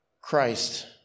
Christ